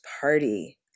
party